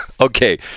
Okay